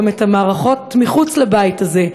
גם את המערכות שמחוץ לבית הזה,